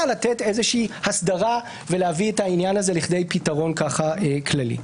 איזושהי הסדרה ולהביא את העניין הזה לכדי פתרון כללי,